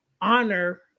honor